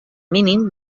mínim